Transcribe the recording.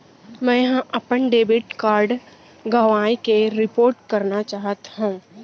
मै हा अपन डेबिट कार्ड गवाएं के रिपोर्ट करना चाहत हव